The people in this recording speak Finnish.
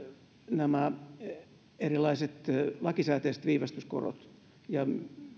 nämä erilaiset lakisääteiset viivästyskorot ja